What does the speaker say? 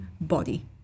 body